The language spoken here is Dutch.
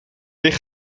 licht